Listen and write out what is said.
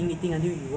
okay